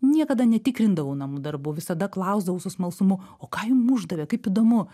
niekada netikrindavau namų darbų visada klausdavau su smalsumu o ką jum uždavė kaip įdomu